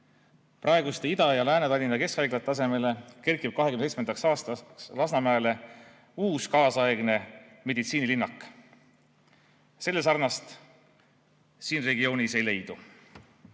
Praeguste Ida‑Tallinna ja Lääne-Tallinna keskhaigla asemele kerkib 2027. aastaks Lasnamäele uus, kaasaegne meditsiinilinnak. Sellesarnast siin regioonis ei leidu.